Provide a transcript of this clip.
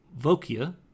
vokia